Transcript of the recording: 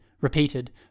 repeated